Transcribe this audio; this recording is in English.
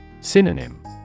Synonym